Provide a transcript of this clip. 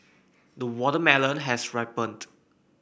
the watermelon has ripened